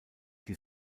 die